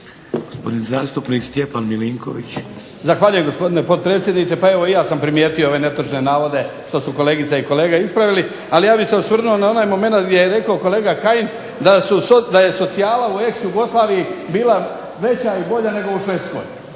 **Milinković, Stjepan (HDZ)** Zahvaljujem gospodine potpredsjedniče. Pa evo i ja sam primijetio ove netočne navode što su kolegice i kolege ispravili, ali ja bih se osvrnuo na onaj momenat gdje je rekao kolega Kajin da je socijala u ex-Jugoslaviji bila veća i bolja nego u Švedskoj.